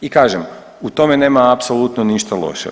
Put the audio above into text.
I kažem u tome nema apsolutno ništa loše.